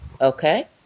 Okay